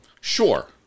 Sure